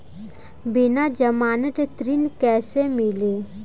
बिना जमानत के ऋण कैसे मिली?